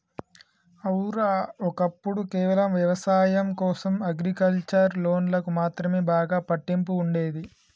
ఔర, ఒక్కప్పుడు కేవలం వ్యవసాయం కోసం అగ్రికల్చర్ లోన్లకు మాత్రమే బాగా పట్టింపు ఉండేది